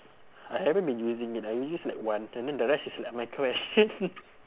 I haven't been using it I use like one and then the rest is like my question